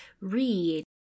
read